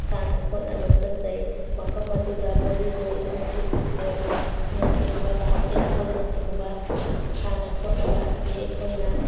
ꯁꯥꯟꯅ ꯈꯣꯠꯅꯕ ꯆꯠꯆꯩ ꯃꯐꯝ ꯑꯗꯨꯗ ꯕꯣꯂꯤꯕꯣꯜ ꯑꯃꯗꯤ ꯐꯨꯠꯕꯣꯜꯅ ꯆꯤꯡꯕ ꯕꯥꯁꯀꯦꯠꯕꯣꯜꯅ ꯆꯤꯡꯕ ꯁꯥꯟꯅ ꯈꯣꯠꯅꯕ ꯑꯁꯤ ꯑꯩꯈꯣꯏꯅ